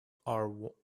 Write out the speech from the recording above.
are